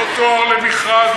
לא תואר למכרז,